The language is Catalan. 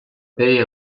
pere